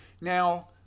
Now